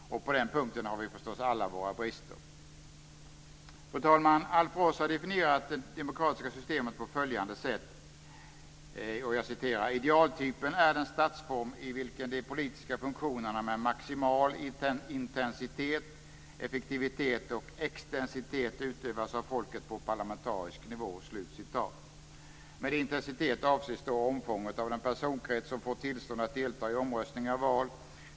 Och på den punkten har vi förstås alla våra brister. Fru talman! Alf Ross har definierat det demokratiska systemet på följande sätt: "Idealtypen är den statsform i vilken de politiska funktionerna med maximal intensitet, effektivitet och extensitet utövas av folket på parlamentarisk nivå." Med intensitet avses omfånget av den personkrets som får tillstånd att delta i omröstningar och val.